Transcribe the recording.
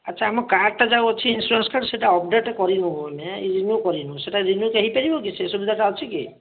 ଆଚ୍ଛା ଆମ କାର୍ଡ଼ଟା ଯେଉଁ ଅଛି ଇନ୍ସୁରାନ୍ସ କାର୍ଡ଼ ସେଟା ଅପଡ଼େଟ୍ କରିନୁ ଆମେ ରିନ୍ୟୁ କରିନୁ ସେଇଟା ରିନ୍ୟୁ ହୋଇପାରିବ କି ସେ ସୁବିଧାଟା ଅଛି କି